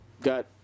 Got